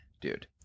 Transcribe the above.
dude